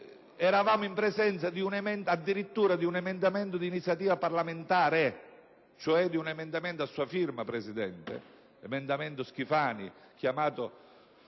eravamo in presenza addirittura di emendamenti di iniziativa parlamentare, cioè di un emendamento a sua firma, signor Presidente, l'emendamento Schifani (chiamato